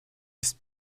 ist